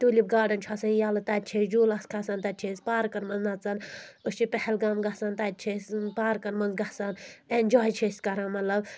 tulip garden چھُ آسان یَلہٕ تَتہِ چھِ أسۍ جوٗلَس کھَسان تَتہِ چھِ أسۍ پارکَن منٛز نَژان أسۍ چھِ پہلگام گژھان تَتہِ چھِ أسۍ پارکَن منٛز گژھان اؠنجاے چھِ أسۍ کَران مطلب